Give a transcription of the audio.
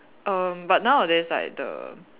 err but nowadays like the